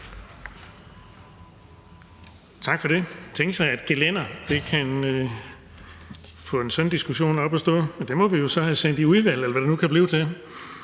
Tak for det. Tænk sig, at gelændere kan få en sådan diskussion op at stå, men det må vi jo så have sendt i udvalg, eller hvad det nu kan blive til.